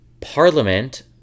Parliament